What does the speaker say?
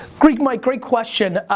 greek mike, great question.